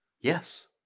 Yes